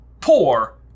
poor